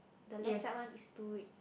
the left side one is still red